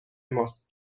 ماست